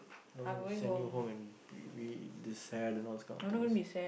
no no send you home and we we this sad and all those kind of things